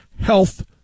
health